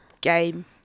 game